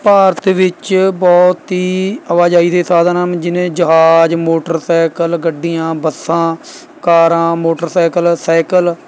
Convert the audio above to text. ਭਾਰਤ ਵਿੱਚ ਬਹੁਤ ਹੀ ਆਵਾਜਾਈ ਦੇ ਸਾਧਨ ਹਨ ਜਿਵੇਂ ਜਹਾਜ਼ ਮੋਟਰਸਾਈਕਲ ਗੱਡੀਆਂ ਬੱਸਾਂ ਕਾਰਾਂ ਮੋਟਰਸਾਈਕਲ ਸਾਈਕਲ